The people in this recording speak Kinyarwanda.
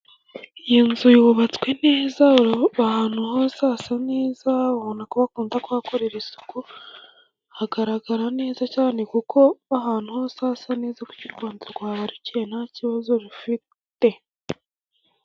Iyo nzu yubatswe neza ahantu hose hasa neza, urabona ko bakunda kuhakorera isuku hagaragara neza cyane, kuko ahantu hose hasa neza uburyo u Rwanda rwaba rukeye nta kibazo rufite.